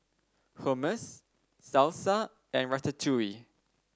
Hummus Salsa and Ratatouille